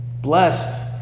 Blessed